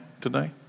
today